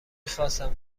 خواستم